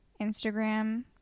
Instagram